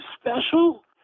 special